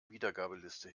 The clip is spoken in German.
wiedergabeliste